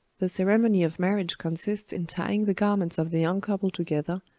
the ceremony of marriage consists in tying the garments of the young couple together,